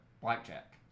Blackjack